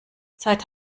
zeit